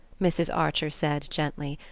mrs. archer said gently.